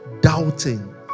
doubting